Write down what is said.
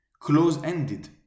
close-ended